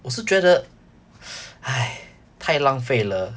我是觉得哎太浪费了